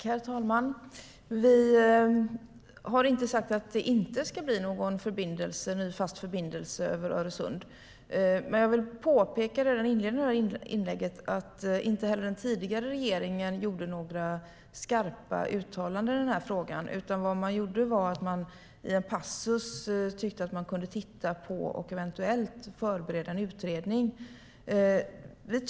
Herr talman! Vi har inte sagt att det inte ska bli någon ny fast förbindelse över Öresund. Men jag vill påpeka redan i inledningen av mitt inlägg att inte heller den tidigare regeringen gjorde några skarpa uttalanden i frågan. Vad man gjorde var att i en passus tycka att man kunde titta på och eventuellt förbereda en utredning.